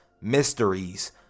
mysteries